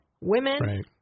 women